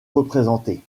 représentée